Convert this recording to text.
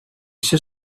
sia